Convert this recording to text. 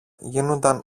γίνουνταν